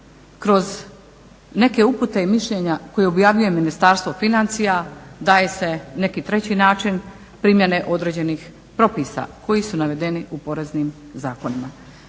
kroz neke upute i mišljenja koje objavljuje Ministarstvo financija daje se neki treći način primjene određenih propisa koji su navedeni u poreznim zakonima.